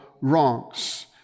wrongs